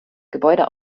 gebäude